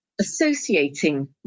associating